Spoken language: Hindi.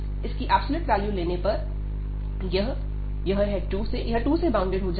इसकी एब्सलूट वैल्यू लेने पर यह है 2 से बाउंडेड हो जाएगा